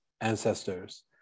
ancestors